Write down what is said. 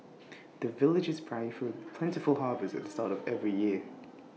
the villagers pray for plentiful harvest at the start of every year